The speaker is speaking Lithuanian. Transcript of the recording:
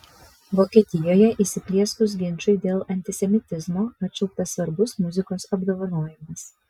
vokietijoje įsiplieskus ginčui dėl antisemitizmo atšauktas svarbus muzikos apdovanojimas